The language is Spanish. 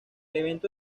evento